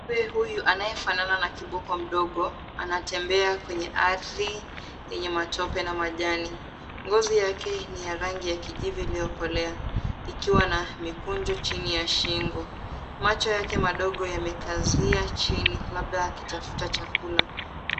Kiumbe huyu anayefanana na kiboko mdogo anatembea kwenye ardhi yenye matope na majani. Ngozi yake ni ya rangi ya kijivu iliyokolea ikiwa na mikunjo chini ya shingo. Macho yake madogo yamekazia chini labda akitafuta chakula.